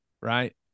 right